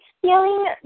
feeling